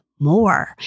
more